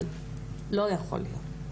אבל לא יכול להיות.